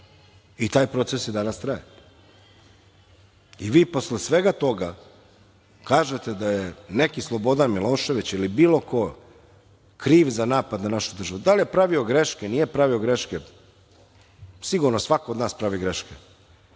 I taj proces i danas traje. I vi posle svega toga kažete da je neki Slobodan Milošević ili bilo ko kriv za napad na našu državu. Da li je pravio greške ili nije pravio greške, sigurno svako od nas pravi greške,